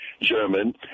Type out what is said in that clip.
German